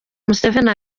museveni